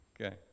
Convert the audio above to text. Okay